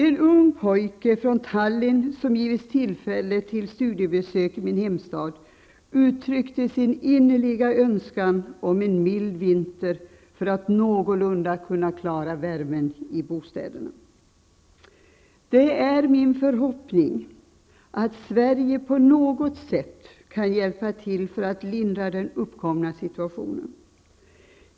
En ung pojke från Tallinn som givits tillfälle till studiebesök i min hemstad uttryckte sin innerliga önskan om en mild vinter för att man någorlunda skall kunna klara värmen i bostäderna. Det är min förhoppning att Sverige på något sätt kan hjälpa till för att lindra den uppkomna situationen.